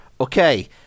okay